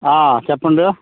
చెప్పండి